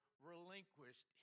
relinquished